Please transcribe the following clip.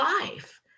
life